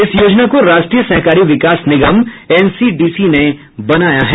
इस योजना को राष्ट्रीय सहकारी विकास निगम एनसीडीसी ने बनायी है